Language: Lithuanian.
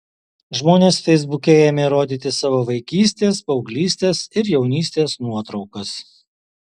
žmonės feisbuke ėmė rodyti savo vaikystės paauglystės ir jaunystės nuotraukas